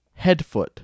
headfoot